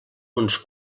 uns